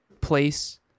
place